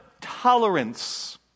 tolerance